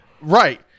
Right